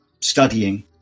studying